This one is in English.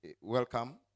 welcome